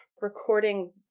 recording